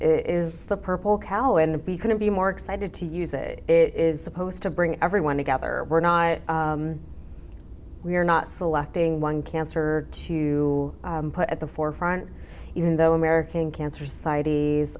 is the purple cow and to be going to be more excited to use it it is supposed to bring everyone together we're not we're not selecting one cancer to put at the forefront even though american cancer society